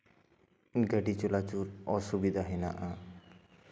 ᱜᱟᱹᱰᱤ ᱪᱟᱞᱟᱪᱚᱞ ᱚᱥᱩᱵᱤᱫᱷᱟ ᱦᱮᱱᱟᱜᱼᱟ